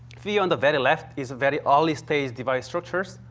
see on the very left is very early stage device structures,